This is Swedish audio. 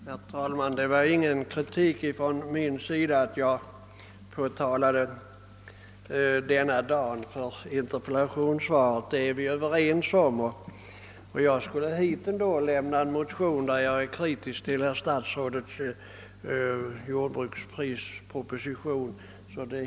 Herr talman! Det var ingen kritik från min sida när jag påtalade att interpellationssvaret lämnades denna dag. Vi var överens om det, och jag skulle ändå hit och lämna en motion i vilken jag anför kritik mot herr statsrådets jordbruksprisproposition.